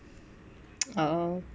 oh